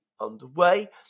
underway